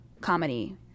comedy